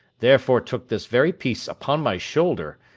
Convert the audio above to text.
therefore took this very piece upon my shoulder,